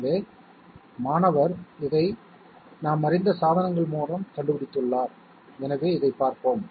எனவே மாணவர் இதை நாம் அறிந்த சாதனங்கள் மூலம் கண்டுபிடித்துள்ளார் எனவே இதைப் பார்ப்போம்